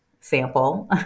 sample